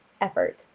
effort